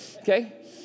Okay